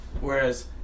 Whereas